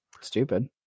stupid